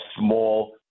small